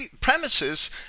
premises